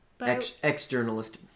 Ex-journalist